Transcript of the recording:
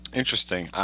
interesting